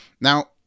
Now